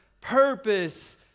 purpose